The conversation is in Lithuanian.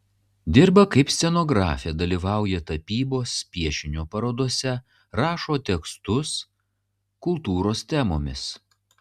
dirba kaip scenografė dalyvauja tapybos piešinio parodose rašo tekstus kultūros temomis